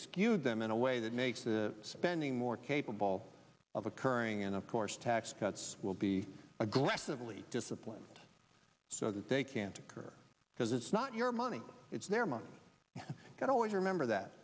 skewed them in a way that makes the spending more capable of occurring and of course tax cuts will be aggressively disciplined so that they can't occur because it's not your money it's their money you can always remember that